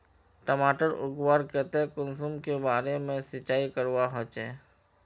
टमाटर उगवार केते कुंसम करे बार सिंचाई करवा होचए?